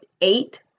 eight